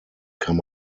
kann